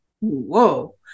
Whoa